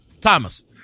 Thomas